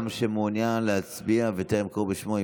שמעוניין להצביע וטרם קראו בשמו?